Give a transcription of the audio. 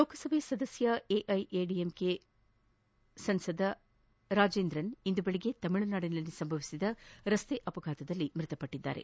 ಲೋಕಸಭೆ ಸದಸ್ಯ ಎಐಎಡಿಎಂಕೆ ಸದಸ್ಯ ರಾಜೇಂದ್ರನ್ ಇಂದು ಬೆಳಗ್ಗೆ ತಮಿಳುನಾಡಿನಲ್ಲಿ ಸಂಭವಿಸಿದ ರಸ್ತೆ ಅಪಘಾತದಲ್ಲಿ ಮೃತಪಟ್ಟದ್ದಾರೆ